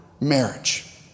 marriage